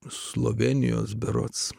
slovėnijos berods